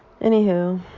Anywho